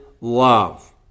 love